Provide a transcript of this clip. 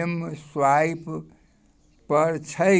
एमस्वाइपपर छै